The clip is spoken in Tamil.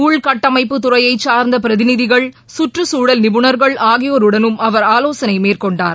உள்கட்டமைப்பு துறையைச் சார்ந்தபிரதிநிதிகள் கற்றுச்சூழல் நிபுணா்கள் ஆகியோருடனும் அவர் ஆலோசனைமேற்கொண்டார்